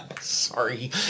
Sorry